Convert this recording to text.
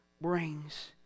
brings